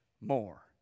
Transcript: more